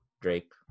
drake